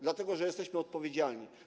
Dlatego, że jesteśmy odpowiedzialni.